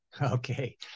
Okay